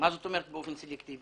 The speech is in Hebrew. מה זאת אומרת באופן סלקטיבי?